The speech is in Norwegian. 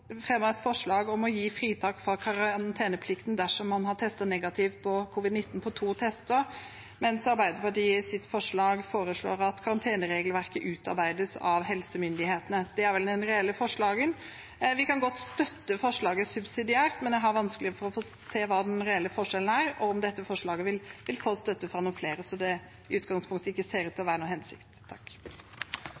et forslag om å gi fritak fra karanteneplikten dersom man har testet negativt for covid-19 på to tester, mens Arbeiderpartiet i sitt forslag foreslår at karanteneregelverket utarbeides av helsemyndighetene. Det er vel den reelle forskjellen. Vi kan godt støtte forslaget subsidiært, men jeg har vanskelig for å se hva den reelle forskjellen er, og om dette forslaget vil få støtte fra noen flere, så det ser i utgangspunktet ikke ut til